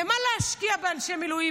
למה להשקיע באנשי מילואים,